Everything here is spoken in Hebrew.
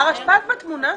הרשפ"ת בתמונה?